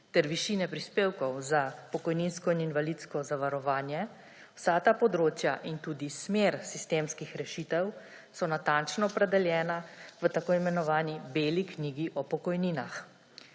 ter višine prispevkov za pokojninsko in invalidsko zavarovanje, vsa ta področja in tudi smer sistemskih rešitev so natančno opredeljena v tako imenovani Beli knjigi o pokojninah.